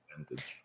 advantage